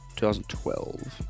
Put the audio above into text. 2012